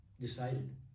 decided